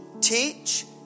teach